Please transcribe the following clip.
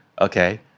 okay